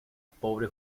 pobre